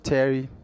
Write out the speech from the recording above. Terry